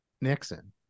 Nixon